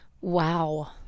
wow